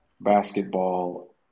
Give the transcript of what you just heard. basketball